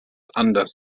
anders